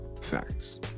Facts